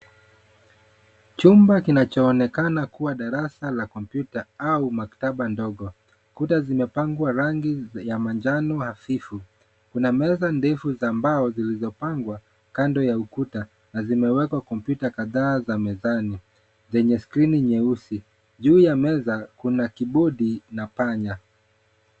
Chumba kinachoonekana kuwa darasa la kompyuta au maktaba ndogo. Kuta zimepangwa rangi ya manjano hafifu. Kuna meza ndefu za mbao zilizopangwa kando ya ukuta na zimewekwa kompyuta kadhaa za mezani, zenye skrini nyeusi. Juu ya meza kuna kibodi na panya.